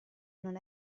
non